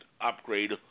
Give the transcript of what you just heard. upgrade